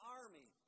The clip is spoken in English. army